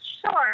Sure